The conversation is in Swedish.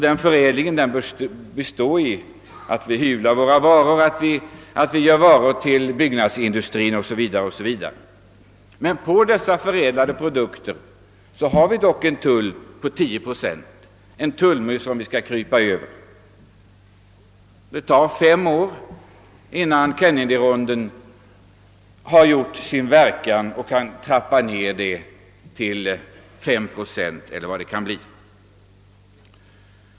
Denna förädling bör bestå i att vi hyvlar våra trävaror, att vi själva tillverkar varor för byggnadsindustrin o. s. v. Men på dessa förädlande produkter har vi en tull på 10 procent. Det tar fem år innan Kennedyrondens överenskommelser trappar ned den tullmuren till 5 procent, eller vad det kan bli.